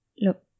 look